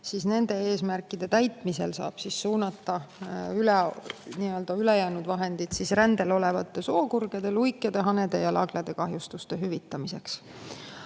siis nende eesmärkide täitmisel saab suunata ülejäänud vahendid rändel olevate sookurgede, luikede, hanede ja laglede [tekitatud] kahjustuste hüvitamiseks.